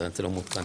זה לא מעודכן